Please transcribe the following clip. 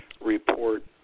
report